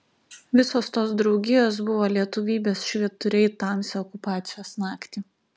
visos tos draugijos buvo lietuvybės švyturiai tamsią okupacijos naktį